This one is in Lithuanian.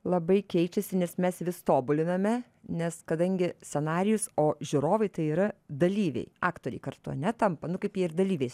labai keičiasi nes mes vis tobuliname nes kadangi scenarijus o žiūrovai tai yra dalyviai aktoriai kartu ane tampa nu kaip jie ir dalyviai